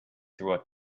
through